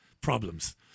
problems